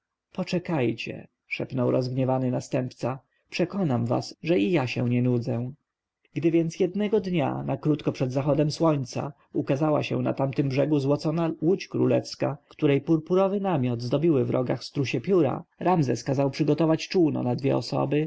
poczekajcie szepnął rozgniewany następca przekonam was że i ja się nie nudzę gdy więc jednego dnia na krótko przed zachodem słońca ukazała się na tamtym brzegu złocona łódź królewska której purpurowy namiot zdobiły w rogach strusie pióra ramzes kazał przygotować czółno na dwie osoby